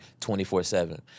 24-7